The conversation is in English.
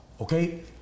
okay